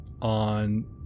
on